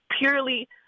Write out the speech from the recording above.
purely